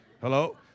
Hello